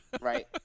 Right